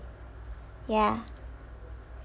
ya